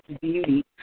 beauty